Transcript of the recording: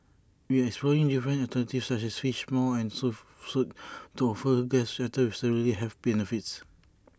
we are exploring different alternatives such as Fish Maw and Seafood Soup to offer guests items with similar health benefits